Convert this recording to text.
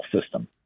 system